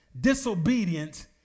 Disobedience